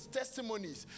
testimonies